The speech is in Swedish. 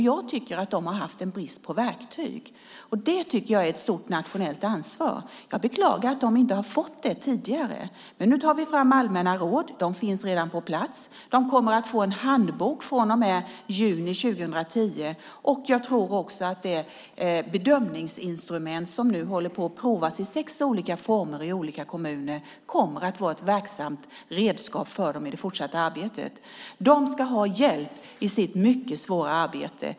Jag tycker att de har haft en brist på verktyg, och det är ett stort nationellt ansvar. Jag beklagar att de inte har fått detta tidigare. Men nu tar vi fram allmänna råd; de finns redan på plats. Personalen kommer att få en handbok i juni 2010. Jag tror att det bedömningsinstrument som nu håller på att provas i sex olika former i olika kommuner också kommer att vara ett verksamt redskap för dem i det fortsatta arbetet. De ska ha hjälp i sitt mycket svåra arbete.